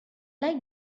like